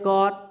God